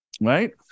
Right